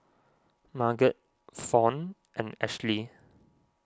Margot Fount and Ashli